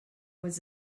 was